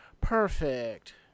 Perfect